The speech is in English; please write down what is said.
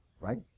Right